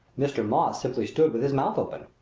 mr. moss simply stood with his mouth open.